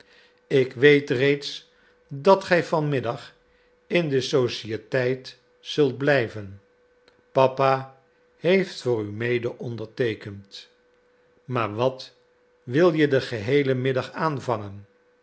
ik weet reeds dat gij vanmiddag in de sociëteit zult blijven papa heeft voor u mede onderteekend maar wat wil je den geheelen middag aanvangen